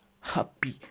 happy